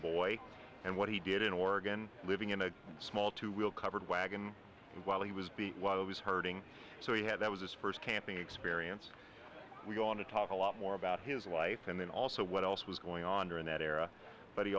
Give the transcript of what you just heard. boy and what he did in oregon living in a small two wheel covered wagon while he was beat while i was hurting so he had that was his first camping experience we want to talk a lot more about his life and then also what else was going on during that era but he